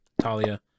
Talia